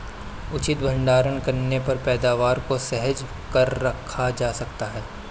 उचित भंडारण करने पर पैदावार को सहेज कर रखा जा सकता है